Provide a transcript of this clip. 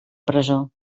presó